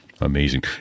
Amazing